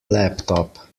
laptop